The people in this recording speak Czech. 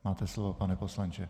Máte slovo, pane poslanče.